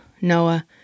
Noah